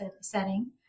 setting